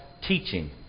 teaching